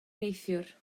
neithiwr